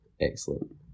Excellent